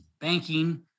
banking